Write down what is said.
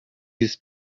his